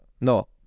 No